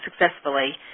successfully